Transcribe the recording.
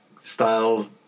Style